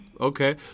Okay